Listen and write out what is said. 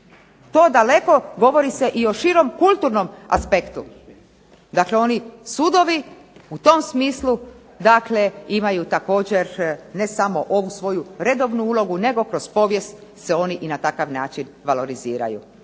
To daleko govori se i o širem kulturnom aspektu. Dakle, oni sudovi u tom smislu imaju također ne samo ovu svoju redovnu ulogu, nego se kroz povijest na takav način valoriziraju.